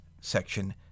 Section